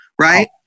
Right